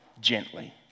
gently